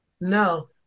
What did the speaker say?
No